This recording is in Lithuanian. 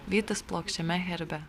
vytis plokščiame herbe